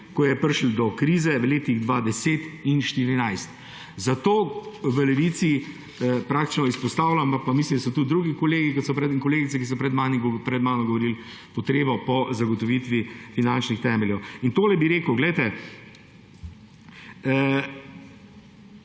ko je prišlo do krize v letih 2010 in 2014. Zato v Levici praktično izpostavljamo, pa mislim, da so tudi drugi kolegi in kolegice, ki so pred mano govorili, potrebo po zagotovitvi finančnih temeljev. In tole bi rekel, peti